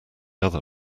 other